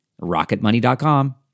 Rocketmoney.com